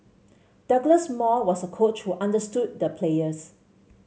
Douglas Moore was a coach who understood the players